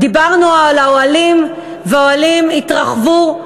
דיברנו על האוהלים והאוהלים התרחבו,